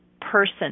person